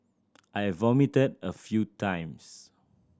I vomited a few times